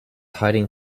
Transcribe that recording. hiding